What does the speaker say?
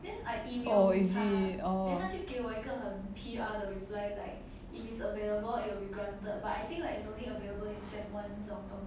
oh is it oh